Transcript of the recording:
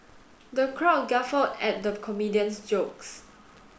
the crowd guffawed at the comedian's jokes